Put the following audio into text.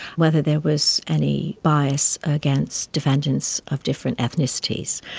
whether there was any bias against defendants of different ethnicities,